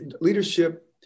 leadership